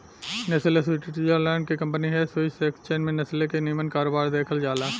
Nestle Switzerland के company हिय Swiss exchange में नेस्ले के निमन कारोबार देखल जाला